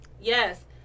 Yes